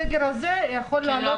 הסגר הזה יכול לעלות --- כן,